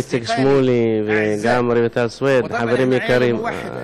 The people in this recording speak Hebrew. איציק שמולי, וגם לרויטל סויד, חברים יקרים.